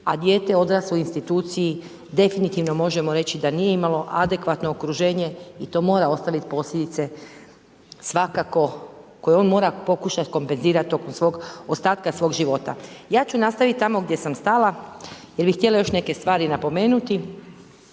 a dijete odraslo u instituciji, definitivno možemo reći da nije imalo adekvatno okruženje i to mora ostaviti posljedice, svakako, koje on mora pokušati kompenzirati oko svog ostatka svog života. Ja ću nastaviti tamo gdje sam stala, jer bi htjela još neke stvari napomenuti,